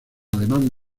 alemán